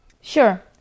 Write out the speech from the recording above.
Sure